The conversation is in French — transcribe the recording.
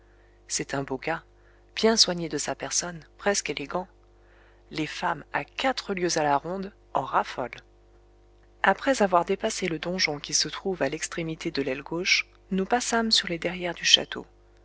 c'est un beau gars bien soigné de sa personne presque élégant les femmes à quatre lieues à la ronde en raffolent après avoir dépassé le donjon qui se trouve à l'extrémité de l'aile gauche nous passâmes sur les derrières du château